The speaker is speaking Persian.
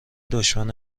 دشمن